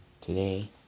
today